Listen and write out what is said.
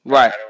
Right